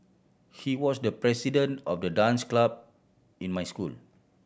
he was the president of the dance club in my school